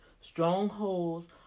Strongholds